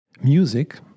Music